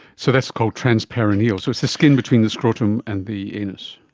so that's called transperineal, so it's the skin between the scrotum and the anus.